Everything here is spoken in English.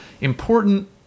important